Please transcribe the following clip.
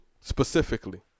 specifically